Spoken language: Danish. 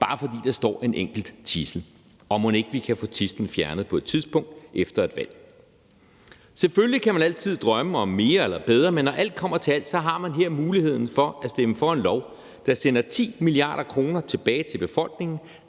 bare fordi der står en enkelt tidsel? Og mon ikke vi kan få tidslen fjernet på et tidspunkt efter et valg? Selvfølgelig kan man altid drømme om mere eller bedre, men når alt kommer til alt, har man her muligheden for at stemme for en lov, der sender 10 mia. kr. tilbage til befolkningen.